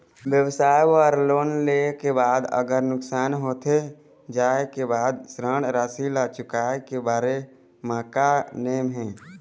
व्यवसाय बर लोन ले के बाद अगर नुकसान होथे जाय के बाद ऋण राशि ला चुकाए के बारे म का नेम हे?